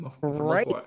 Right